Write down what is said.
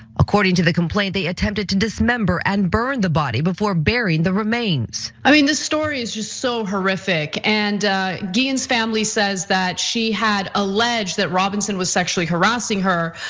according to the complaint, they attempted to dismember and burn the body before burying the remains i mean, this story is just so horrific, and guillen's family says that she had alleged that robinson was sexually harassing her.